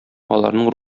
аларның